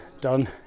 done